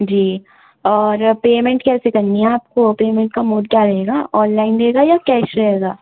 جی اور پیمنٹ کیسے کرنی ہے آپ کو پیمنٹ کا موڈ کیا رہے گا آن لائن رہے گا یا کیش رہے گا